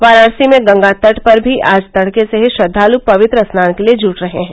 वाराणसी में गंगा तट पर भी आज तड़के से ही श्रद्वाल पवित्र स्नान के लिए जुट रहे हैं